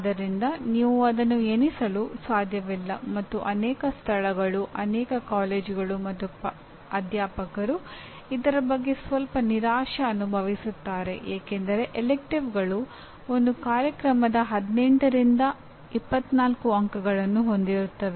ಆದ್ದರಿಂದ ನೀವು ಅದನ್ನು ಎಣಿಸಲು ಸಾಧ್ಯವಿಲ್ಲ ಮತ್ತು ಅನೇಕ ಸ್ಥಳಗಳು ಅನೇಕ ಕಾಲೇಜುಗಳು ಮತ್ತು ಅಧ್ಯಾಪಕರು ಇದರ ಬಗ್ಗೆ ಸ್ವಲ್ಪ ನಿರಾಶೆ ಅನುಭವಿಸುತ್ತಾರೆ ಏಕೆಂದರೆ ಆರಿಸಿದ ಪಠ್ಯಕ್ರಮಗಳು ಒಂದು ಕಾರ್ಯಕ್ರಮದ 18 ರಿಂದ 24 ಅಂಕಗಳನ್ನು ಹೊಂದಿರುತ್ತವೆ